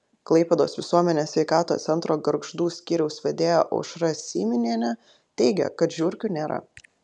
klaipėdos visuomenės sveikatos centro gargždų skyriaus vedėja aušra syminienė teigia kad žiurkių nėra